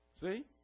See